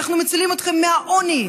אנחנו מצילים אתכם מהעוני,